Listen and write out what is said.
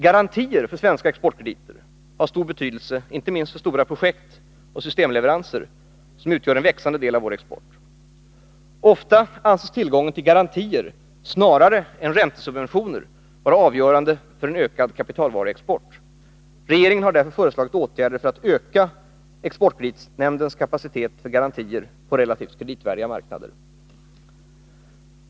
Garantier för svenska exportkrediter har stor betydelse inte minst för stora projekt och systemleveranser, som utgör en växande del av vår export. Ofta anses tillgången till garantier snarare än räntesubventioner vara avgörande för en ökad kapitalvaruexport. Regeringen har därför föreslagit åtgärder för att öka exportkreditnämndens kapacitet för garantier på relativt kreditvärdiga marknader.